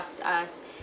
us